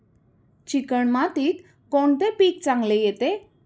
Chicken मातीत कोणते पीक चांगले येते?